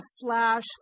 flash